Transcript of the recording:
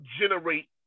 generate